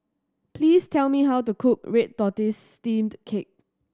please tell me how to cook red tortoise steamed cake